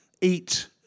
Eat